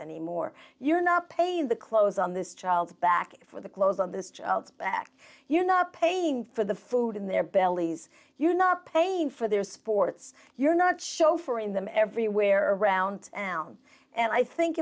anymore you're not paying the clothes on this child's back for the clothes on this child's back you're not paying for the food in their bellies you not paying for their sports you're not show for in them everywhere around and i think